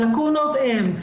הלקונות הן,